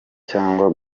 cyangwa